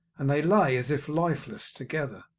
and they lay as if lifeless together.